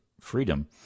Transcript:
Freedom –